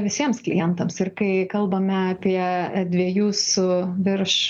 visiems klientams ir kai kalbame apie dviejų su virš